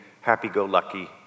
happy-go-lucky